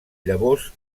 llavors